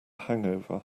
hangover